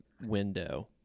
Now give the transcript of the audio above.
window